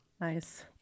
nice